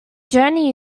journey